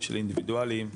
של אינדיבידואלים,